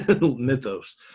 mythos